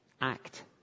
act